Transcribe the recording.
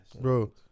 Bro